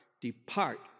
depart